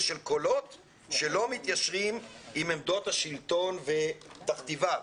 ושל קולות שלא מתיישרים עם עמדות השלטון ותכתיביו.